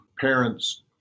parents